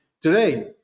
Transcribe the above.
today